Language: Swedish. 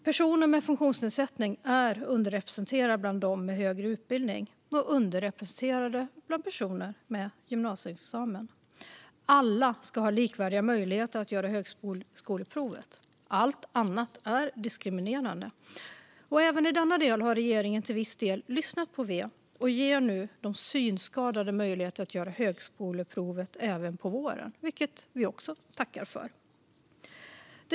Personer med funktionsnedsättning är underrepresenterade bland dem med högre utbildning och bland personer med gymnasieexamen. Alla ska ha likvärdiga möjligheter att göra högskoleprovet. Allt annat är diskriminerande. Även i denna del har regeringen i viss mån lyssnat på V och ger nu de synskadade möjlighet att göra högskoleprovet även på våren, vilket vi också tackar för.